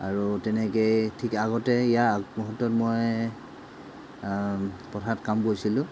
আৰু তেনেকেই ঠিক আগতে ইয়াৰ আগমুহূৰ্ত্তত মই পথাৰত কাম কৰিছিলোঁ